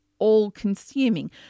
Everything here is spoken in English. all-consuming